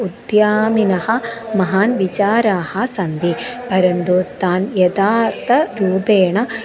उद्यमिनः महान् विचाराः सन्ति परन्तु तान् यथार्थरूपेण